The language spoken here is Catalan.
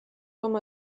com